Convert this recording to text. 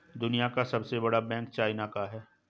दुनिया का सबसे बड़ा बैंक चाइना का है